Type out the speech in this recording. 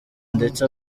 ndetse